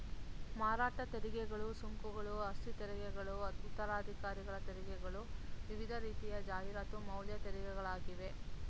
ಮಾರಾಟ ತೆರಿಗೆಗಳು, ಸುಂಕಗಳು, ಆಸ್ತಿತೆರಿಗೆಗಳು ಉತ್ತರಾಧಿಕಾರ ತೆರಿಗೆಗಳು ವಿವಿಧ ರೀತಿಯ ಜಾಹೀರಾತು ಮೌಲ್ಯ ತೆರಿಗೆಗಳಾಗಿವೆ